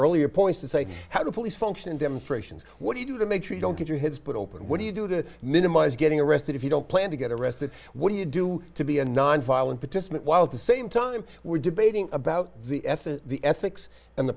earlier points to say how the police function demonstrations what do you do to make sure you don't get your head split open what do you do to minimize getting arrested if you don't plan to get arrested what do you do to be a nonviolent participant while at the same time we're debating about the ethics the ethics and the